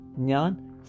Nyan